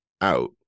out